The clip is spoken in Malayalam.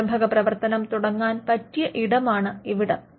സംരംഭക പ്രവർത്തനം തുടങ്ങാൻ പറ്റിയ ഇടമാണ് ഇവിടം